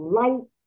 light